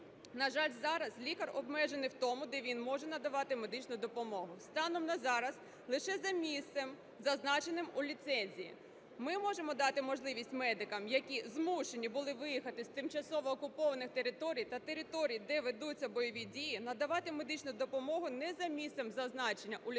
на жаль, зараз лікар обмежений в тому, де він може надавати медичну допомогу. Станом на зараз лише за місцем, зазначеним у ліцензії. Ми можемо дати можливість медикам, які змушені були виїхати з тимчасово окупованих територій та територій, де ведуться бойові дії, надавати медичну допомогу не за місцем, зазначеним у ліцензії,